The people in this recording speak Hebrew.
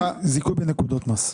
זיכוי בנקודות מס לעובדים.